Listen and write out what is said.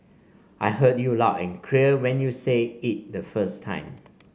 I heard you loud and clear when you said it the first time